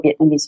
Vietnamese